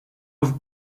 have